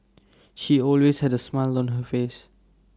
she always had A smile on her face